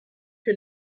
que